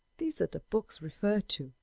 these other books referred to,